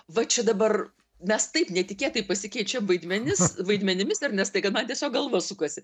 va čia dabar mes taip netikėtai pasikeičiam vaidmenis vaidmenimis ernestai kad man tiesiog galva sukasi